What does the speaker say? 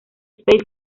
space